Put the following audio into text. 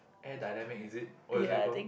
air dynamic is it what is it call